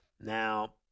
Now